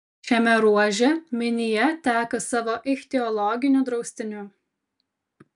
šiame ruože minija teka savo ichtiologiniu draustiniu